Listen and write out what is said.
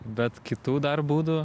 bet kitų dar būdų